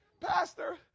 Pastor